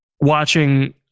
watching